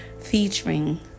Featuring